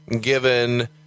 given